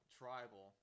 tribal